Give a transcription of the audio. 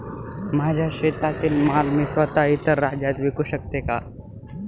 माझ्या शेतातील माल मी स्वत: इतर राज्यात विकू शकते का?